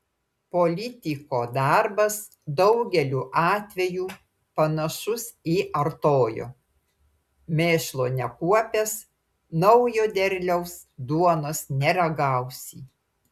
politiko darbas daugeliu atvejų panašus į artojo mėšlo nekuopęs naujo derliaus duonos neragausi